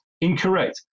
incorrect